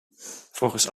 volgens